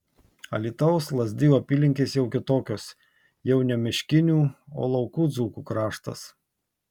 alytaus lazdijų apylinkės jau kitokios jau ne miškinių o laukų dzūkų kraštas